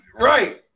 Right